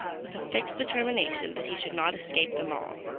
with a fixed determination that he should not escape them all.